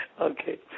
Okay